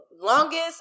longest